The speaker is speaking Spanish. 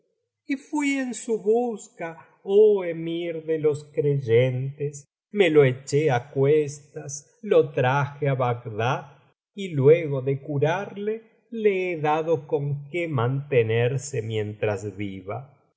y fui en su busca oh emir de los creyentes me lo eché á cuestas lo traje á bagdad y luego de curarle le he dado con que mantenerse mientras viva